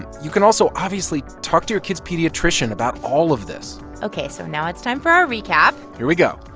you can also, obviously, talk to your kid's pediatrician about all of this ok. so now it's time for our recap here we go.